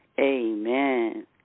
Amen